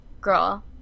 girl